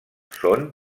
són